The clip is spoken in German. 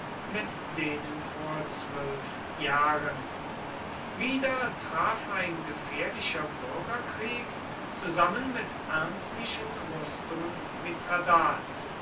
mit denen vor zwölf jahren wieder traf ein gefährlicher bürgerkrieg zusammen mit ernstlichen rüstungen